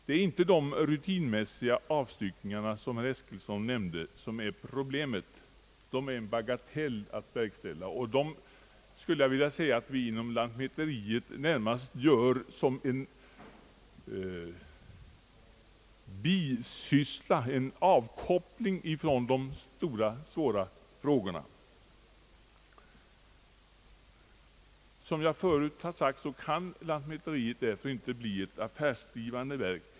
Det är inte de rutinmässiga avstyckningarna herr Eskilsson nämnde som är problemet. De är bagateller att verkställa, och dem, skulle jag vilja säga, utför vi inom lantmäteriet närmast som en bisyssla och en avkoppling från de stora och svåra frågorna. Som jag förut har sagt, bör lantmäteriet därför inte bli ett affärsdrivande verk.